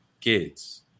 kids